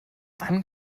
wann